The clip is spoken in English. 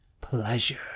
pleasure